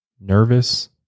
nervous